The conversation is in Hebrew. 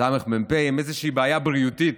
סמ"פ עם איזושהי בעיה בריאותית,